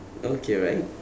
okay right